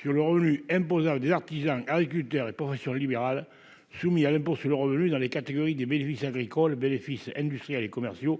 sur le revenu imposable des artisans, agriculteurs et professions libérales, soumis à l'impôt sur le revenu dans les catégories des bénéfices agricole bénéfices industriels et commerciaux